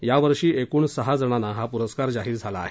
या वर्षी एकूण सहा जणांना हा पुरस्कार जाहीर झाला आहे